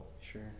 Sure